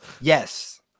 Yes